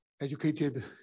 educated